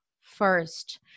first